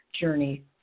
Journey